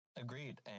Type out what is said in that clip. agreed